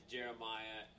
Jeremiah